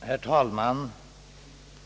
Herr talman!